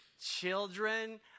children